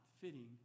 fitting